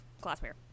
glassware